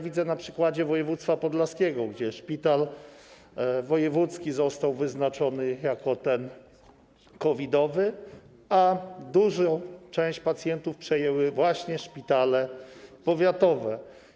Widzę to na przykładzie województwa podlaskiego, gdzie szpital wojewódzki został wyznaczony jako COVID-owy, a dużą część pacjentów przejęły właśnie szpitale powiatowe.